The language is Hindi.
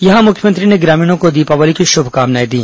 यहां मुख्यमंत्री ने ग्रामीणों को दीपावली की शुभकामनाएं दी